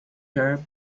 her